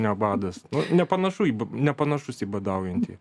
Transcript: ne badas nu nepanašu į nepanašus į badaujantį